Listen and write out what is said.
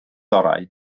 orau